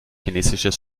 chinesisches